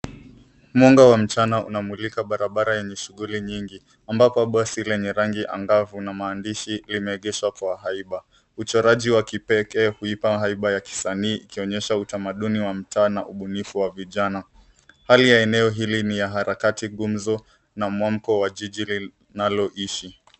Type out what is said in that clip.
Mwanga wa mchana unamulika barabara yenye shughuli nyingi, ambako basi lenye rangi angavu, na maandishi limeegeshwa kwa haiba. Uchoraji wa kipekee kuipa haiba ya kisanii ikionyesha utamaduni wa mtaa, na ubunifu wa vijana. Hali ya eneo hili ni ya harakati, gumzo, na mwamko wa jiji lili, linaloishi.